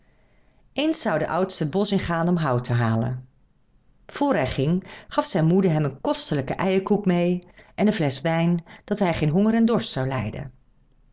eens zou de oudste het bosch ingaan om hout te halen vr hij ging gaf zijn moeder hem een kostelijke eierkoek mee en een flesch wijn dat hij geen honger en dorst zou lijden